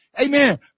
Amen